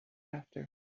after